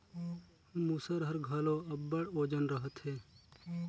मूसर हर घलो अब्बड़ ओजन रहथे